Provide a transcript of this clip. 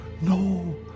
no